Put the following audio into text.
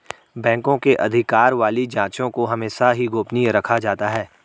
बैंकों के अधिकार वाली जांचों को हमेशा ही गोपनीय रखा जाता है